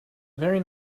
very